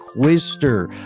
Quister